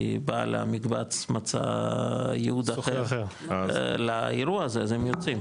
כי בעל המקבץ מצא ייעוד אחר לאירוע הזה אז הם יוצאים.